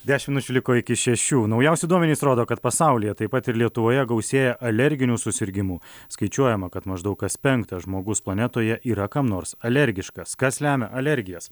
dešim minučių liko iki šešių naujausi duomenys rodo kad pasaulyje taip pat ir lietuvoje gausėja alerginių susirgimų skaičiuojama kad maždaug kas penktas žmogus planetoje yra kam nors alergiškas kas lemia alergijas